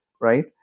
right